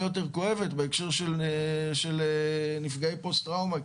יותר כואבת בהקשר של נפגעי פוסט-טראומה,